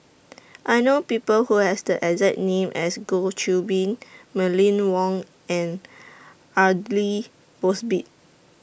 I know People Who Have The exact name as Goh Qiu Bin Mylene Wong and Aidli Mosbit